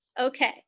Okay